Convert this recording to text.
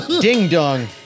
ding-dong